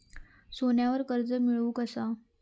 सोन्यावर कर्ज मिळवू कसा?